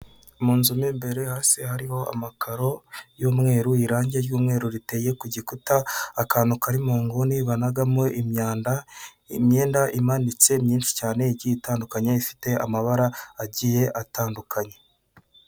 Mu nzu mo imbere hasi hariho amakaro y'umweru irangi ry'umweru riteye ku gikuta, akantu kari mu nguni banagamo imyanda, imyenda imanitse myinshi cyane igiye itandukanye ifite amabara agiye atandukanye.